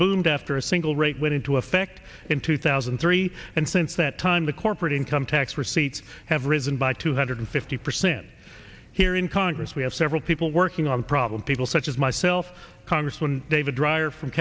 boomed after a single rate went into effect in two thousand and three and since that time the corporate income tax receipts have risen by two hundred fifty percent here in congress we have several people working on problem people such as myself congressman david dreier from